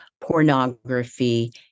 pornography